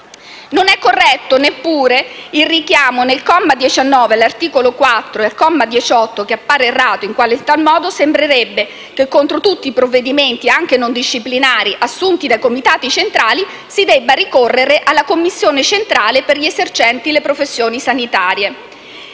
Non è corretto neppure il richiamo al comma 18 nel comma 1 dell'articolo 4, capoverso «Art. 8», comma 19, che appare errato in quanto in tal modo sembrerebbe che contro tutti i provvedimenti, anche non disciplinari, assunti dai comitati centrali si debba ricorrere alla commissione centrale per gli esercenti le professioni sanitarie.